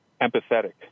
empathetic